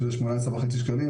שזה 18.5 שקלים,